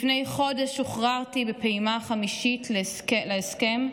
לפני חודש שוחררתי בפעימה החמישית להסכם,